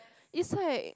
it's like